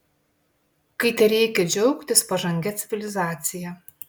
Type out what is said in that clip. kai tereikia džiaugtis pažangia civilizacija